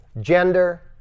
gender